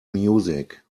music